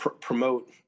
promote